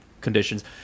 conditions